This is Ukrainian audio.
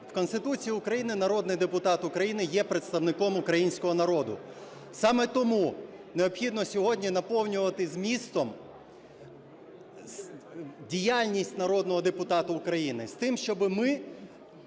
В Конституції України народний депутат України є представником українського народу. Саме тому необхідно сьогодні наповнювати змістом діяльність народного депутата України з тим, щоб ми